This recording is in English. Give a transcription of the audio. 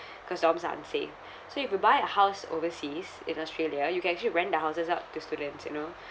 cause dorms are unsafe so if you buy a house overseas in australia you can actually rent the houses out to students you know